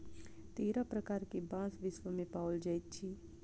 तेरह प्रकार के बांस विश्व मे पाओल जाइत अछि